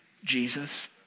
Jesus